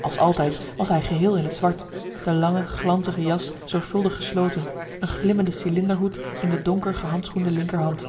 als altijd was hij geheel in t zwart de lange glanzige jas zorgvuldig gesloten een glimmende cilinderhoed in de donker gehandschoende linkerhand